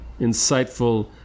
insightful